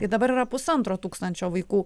tai dabar yra pusantro tūkstančio vaikų